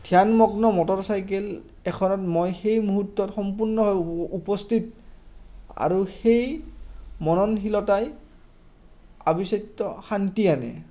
ধ্যানমগ্ন মটৰচাইকেল এখনত মই সেই মুহূৰ্তত সম্পূৰ্ণ ভ উপস্থিত আৰু সেই মননশীলতাই আৱিচাত্য শান্তি আনে